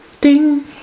ding